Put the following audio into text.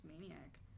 maniac